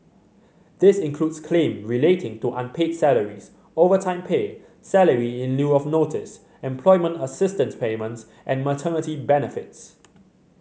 this includes claims relating to unpaid salaries overtime pay salary in lieu of notice employment assistance payments and maternity benefits